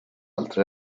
altri